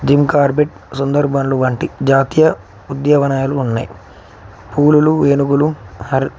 gym Corbett సుందర్భన్లు వంటి జాతీయ ఉద్యానవనాలు ఉన్నాయి పులులు ఏనుగులు హర్